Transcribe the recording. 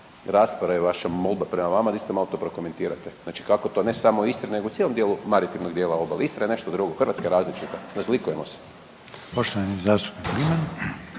rasprave i vaša molba prema vama da isto malo to prokomentirate. Znači kako to ne samo Istra nego u cijelom dijelu maritivnog obale, Istra je nešto drugo, Hrvatska je različita, razlikujemo se. **Reiner, Željko